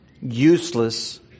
useless